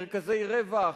מרכזי רווח,